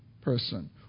person